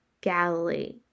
Galilee